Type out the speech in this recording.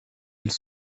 ils